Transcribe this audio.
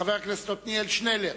חבר הכנסת עתניאל שנלר